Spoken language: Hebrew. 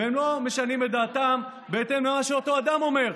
והם לא משנים את דעתם בהתאם למה שאותו אדם אומר,